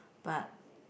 but